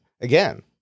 again